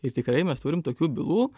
ir tikrai mes turim tokių bylų